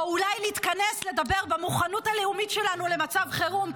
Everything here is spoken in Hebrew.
או אולי להתכנס לדבר על המוכנות הלאומית שלנו למצב חירום,